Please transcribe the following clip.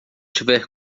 tiver